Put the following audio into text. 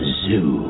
zoo